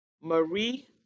Marie